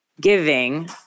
giving